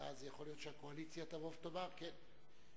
ואז יכול להיות שהקואליציה תבוא ותאמר: כן,